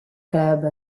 club